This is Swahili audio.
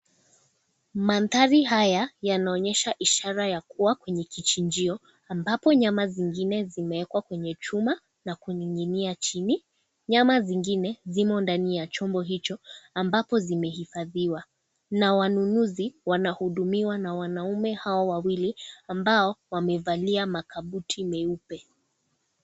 Maadhari haya yanaonyesha ishara ya kuwa kwenye kichinjio, ambapo nyama zingine zimewekwa kwenye chuma na kununginia chini. Nyama zingine zimo ndani ya chombo hicho, ambapo zimehifadhiwa. Na wanunuzi wanahudumiwa na wanaume hawa wawili, ambao wamevalia makabuti meupe.